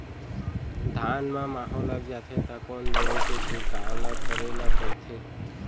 धान म माहो लग जाथे त कोन दवई के छिड़काव ल करे ल पड़थे?